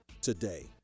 today